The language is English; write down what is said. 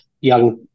young